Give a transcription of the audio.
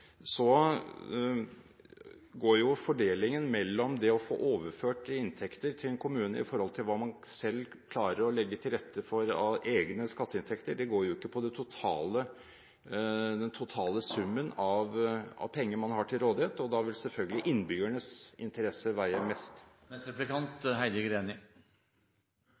Så til første del av spørsmålet: Fordelingen mellom det å få overført inntekter til en kommune sammenliknet med hva man selv klarer å legge til rette for av egne skatteinntekter, går jo ikke på den totale summen av penger man har til rådighet – og da vil selvfølgelig innbyggernes interesser veie